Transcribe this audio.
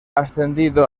ascendido